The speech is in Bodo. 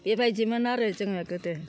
बेबायदिमोन आरो जोङो गोदो